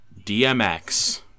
Dmx